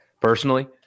personally